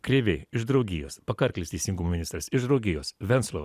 krėvė iš draugijos pakarklis teisingumo ministras iš draugijos venclova